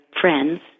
friends